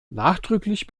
nachdrücklich